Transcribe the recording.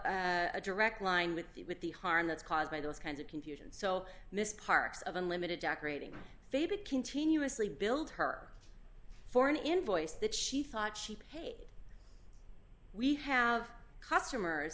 draw a direct line with the with the harm that's caused by those kinds of confusion so miss parks of unlimited decorating faded continuously billed her for an invoice that she thought she paid we have customers